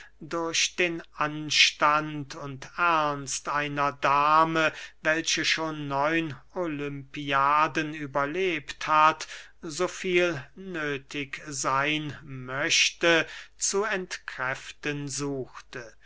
durch den anstand und ernst einer dame welche schon neun olympiaden überlebt hat so viel nöthig seyn möchte zu entkräften suchte